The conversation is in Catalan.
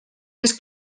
les